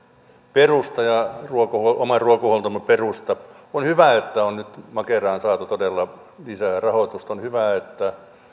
perusta ja oman ruokahuoltomme perusta on hyvä että makeraan on nyt saatu todella lisää rahoitusta on hyvä että